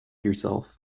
yourself